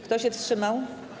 Kto się wstrzymał?